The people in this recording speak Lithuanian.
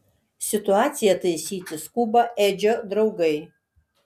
situaciją taisyti skuba edžio draugai